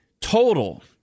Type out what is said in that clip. total